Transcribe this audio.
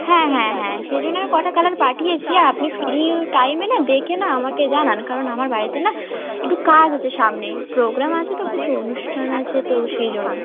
হ্যাঁ হ্যাঁ হ্যাঁ সেই জন্য আমি কটা কালার পাঠিয়েছি আপনি ফ্রি টাইমে না দেখে না আমাকে জানান কারণ আমার বাড়িতে না একটু কাজ আছে সামনে প্রোগ্রাম আছে তো কিছু অনুষ্ঠান আছে তো সেই জন্যে